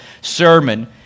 sermon